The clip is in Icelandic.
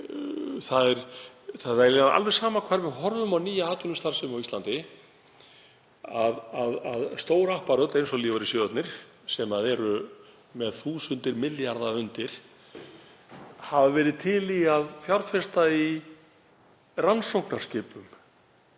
alveg sama hvar við horfum á nýja atvinnustarfsemi á Íslandi, stór apparöt eins og lífeyrissjóðirnir, sem eru með þúsundir milljarða undir, hafa verið til í að fjárfesta í rannsóknarskipum